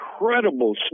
incredible